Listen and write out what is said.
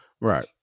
Right